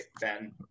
Ben